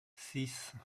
six